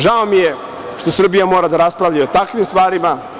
Žao mi je što Srbija mora da raspravlja o takvim stvarima.